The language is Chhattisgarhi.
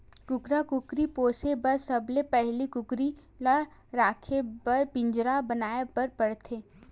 कुकरा कुकरी पोसे बर सबले पहिली कुकरी ल राखे बर पिंजरा बनाए बर परथे